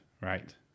Right